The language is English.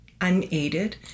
unaided